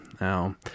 Now